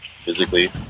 physically